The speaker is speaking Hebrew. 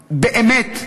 באמת,